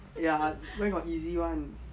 ya where got easy man